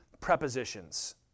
prepositions